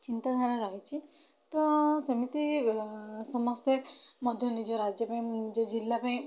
ଚିନ୍ତାଧାରା ରହିଛି ତ ସେମିତି ସମସ୍ତେ ମଧ୍ୟ ନିଜ ରାଜ୍ୟ ପାଇଁ ନିଜ ଜିଲ୍ଲା ପାଇଁ